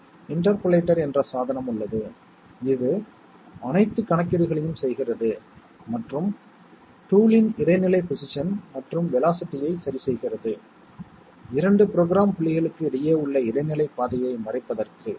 மற்றும் 4வது சொற்கள் B AND C common A A' ஐ எடுக்க அனுமதிக்கும் எனவே இந்த வழியில் C C' A A' B B' 1 எனவே இது A AND B OR B AND C OR A AND C s ஆக வருகிறது எனவே கேரி ஆனது இந்த வழியில் எளிமைப்படுத்தப்படுகிறது